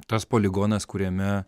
tas poligonas kuriame